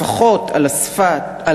לפחות על